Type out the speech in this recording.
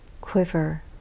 quiver